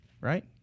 right